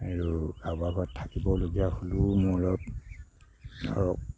আৰু কাৰোবাৰ ঘৰত থাকিবলগীয়া হ'লেও মোৰ অলপ ধৰক